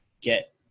get